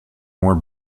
more